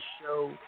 show